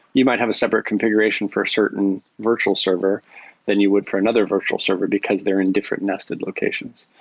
you might have a separate configuration for a certain virtual server than you would for another virtual server because they're in different nested locations.